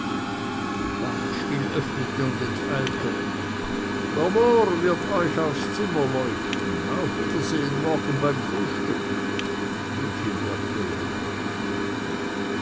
pfannenstiel öffnete und enteilte der mohr wird euch aufs zimmer leuchten auf wiedersehen morgen beim frühstück rief ihm wertmüller nach